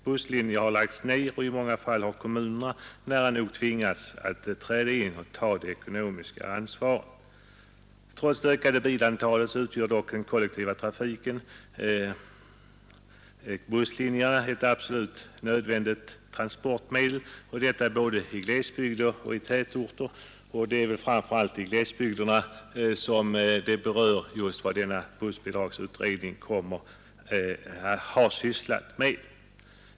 Busslinjer har lagts ner, och i många fall har kommunerna nära nog tvingats att träda till och ta på sig det ekonomiska ansvaret. Trots det ökade antalet bilar utgör den kollektiva trafiken med bussar ett nödvändigt transportmedel både i glesbygden och tätorterna, och framför allt glesbygderna är berörda av vad bussbidragsutredningen sysslat med.